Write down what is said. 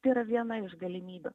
tai yra viena iš galimybių